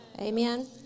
Amen